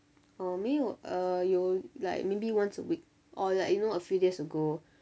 oh 没有 err 有 like maybe once a week oh like you know a few days ago